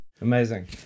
Amazing